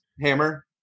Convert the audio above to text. Hammer